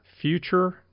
future